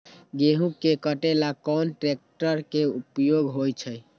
गेंहू के कटे ला कोंन ट्रेक्टर के उपयोग होइ छई?